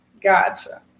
Gotcha